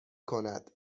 کند